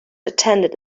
attended